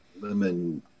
lemon